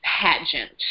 pageant